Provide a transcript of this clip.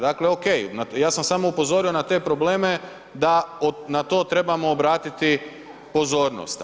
Dakle, ok ja sam samo upozorio na te probleme da na to trebamo obratiti pozornost.